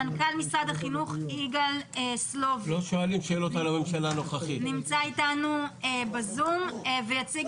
מנכ"ל משרד החינוך יגאל סלוביק נמצא אתנו בזום ויציג